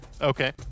Okay